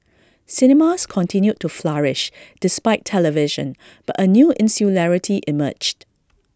cinemas continued to flourish despite television but A new insularity emerged